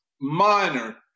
minor